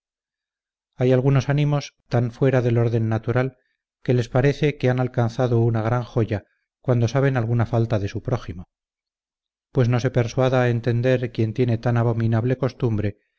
hay algunos ánimos tan fuera del orden natural que les parece que han alcanzado una gran joya cuando saben alguna falta de su prójimo pues no se persuada a entender quien tiene tan abominable costumbre